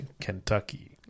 kentucky